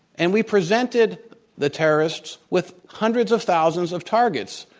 and we presented the terrorists with hundreds of thousands of targets,